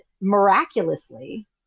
miraculously